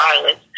violence